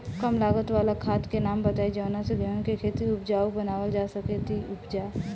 कम लागत वाला खाद के नाम बताई जवना से गेहूं के खेती उपजाऊ बनावल जा सके ती उपजा?